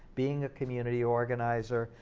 being community organizer,